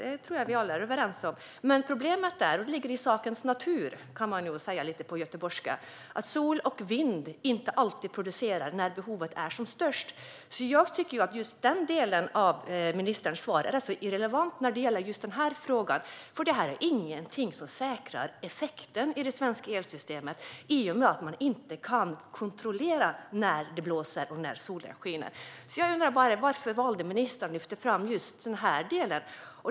Detta tror jag att vi alla är överens om. Men problemet är - det ligger i sakens natur, kan man säga på lite göteborgska - att sol och vind inte alltid producerar när behovet är som störst. Jag tycker att just den delen av ministerns svar är rätt irrelevant när det gäller denna fråga, för detta är ingenting som säkrar effekten i det svenska elsystemet. Man kan ju inte kontrollera när det blåser och när solen skiner. Jag undrar bara: Varför valde ministern att lyfta fram just den delen?